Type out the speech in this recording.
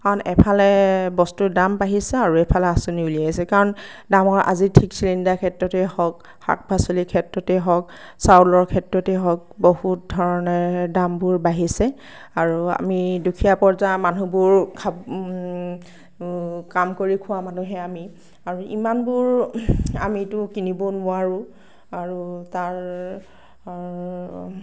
কাৰণ এফালে বস্তুৰ দাম বাহিছে আৰু এফালে আচঁনি উলিয়াইছে কাৰণ দামৰ আজি চিলিণ্ডাৰৰ ক্ষেত্ৰতে হওঁক শাক পাচলিৰ ক্ষেত্ৰতে হওঁক চাউলৰ ক্ষেত্ৰতে হওঁক বহুত ধৰণে দামবোৰ বাঢ়িছে আৰু আমি দুখীয়া পৰ্য্য়ায়ৰ মানুহবোৰ খাব কাম কৰি খোৱা মানুহে আৰু ইমানবোৰ আমিতো কিনিব নোৱাৰোঁ আৰু তাৰ